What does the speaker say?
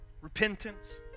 Repentance